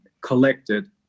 collected